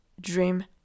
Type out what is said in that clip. dream